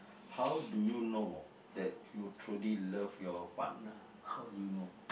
how do you know that you truly love your partner how do you know